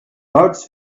birds